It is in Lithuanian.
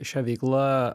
šia veikla